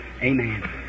Amen